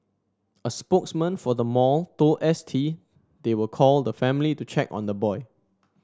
a spokesman for the mall told S T they will call the family to check on the boy